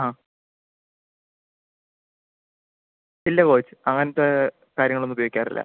ആ ഇല്ല കോച്ച് അങ്ങനത്തെ കാര്യങ്ങൾ ഒന്നും ഉപയോഗിക്കാറില്ല